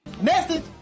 Message